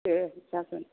दे जागोन